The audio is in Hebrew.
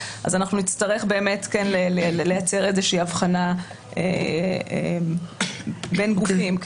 אנחנו נצטרך כן לייצר איזושהי הבחנה בין גופים.